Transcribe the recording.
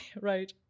Right